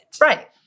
Right